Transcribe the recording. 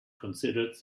considered